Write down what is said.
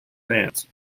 fans